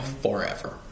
Forever